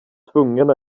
tvungen